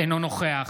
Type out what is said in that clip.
אינו נוכח